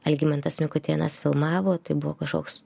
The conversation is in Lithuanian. algimantas mikutėnas filmavo tai buvo kažkoks